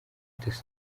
dos